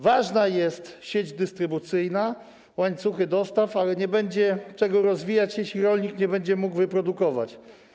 Ważna jest sieć dystrybucyjna, łańcuchy dostaw, ale nie będzie czego rozwijać, jeśli rolnik nie będzie mógł niczego wyprodukować.